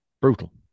brutal